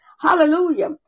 Hallelujah